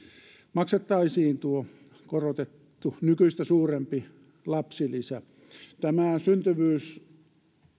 maksettaisiin tuo korotettu nykyistä suurempi lapsilisä syntyvyys